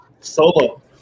Solo